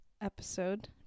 episode